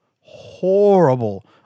horrible